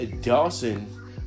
Dawson